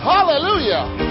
Hallelujah